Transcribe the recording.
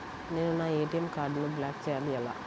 నేను నా ఏ.టీ.ఎం కార్డ్ను బ్లాక్ చేయాలి ఎలా?